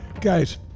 Guys